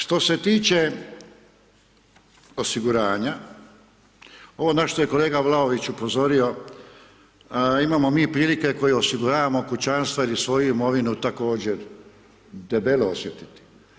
Što se tiče osiguranja, ovo na što je kolega Vlaović upozorio, imamo mi prilike koje osiguravamo kućanstva ili svoju imovinu također debelo osjetiti.